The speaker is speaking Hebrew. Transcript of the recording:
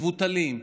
הם מבוטלים.